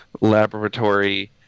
laboratory